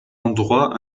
endroits